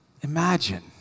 imagine